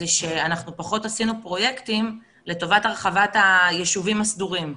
שאנחנו פחות עשינו פרויקטים לטובת הרחבת היישובים הסדורים.